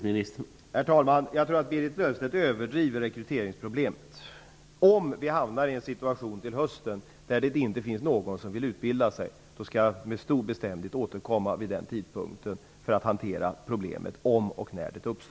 Herr talman! Jag tror att Berit Löfstedt överdriver rekryteringsproblemet. Om vi till hösten hamnar i en situation där det inte finns någon som vill utbilda sig skall jag med stor bestämdhet återkomma för att hantera det problemet.